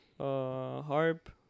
harp